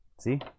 see